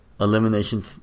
Elimination